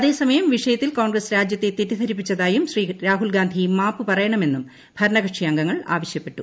അതേസമയം വിഷയത്തിൽ കോൺഗ്രസ് രാജ്യത്തെ തെറ്റിദ്ധരിപ്പിച്ചതായും ശ്രീ രാഹുൽഗാന്ധി മാപ്പ് പറയണമെന്നും ഭരണകക്ഷി അംഗങ്ങൾ ആവശ്യപ്പെട്ടു